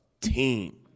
team